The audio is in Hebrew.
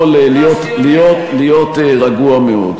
והוא נכנס למתח, והוא יכול להיות רגוע מאוד.